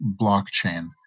blockchain